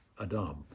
adam